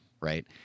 right